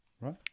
right